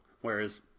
whereas